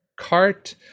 cart